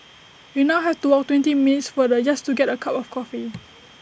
we now have to walk twenty minutes farther just to get A cup of coffee